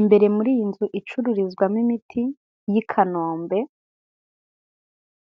Imbere muri iyi nzu icururizwamo imiti y'i Kanombe